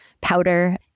powder